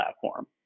platform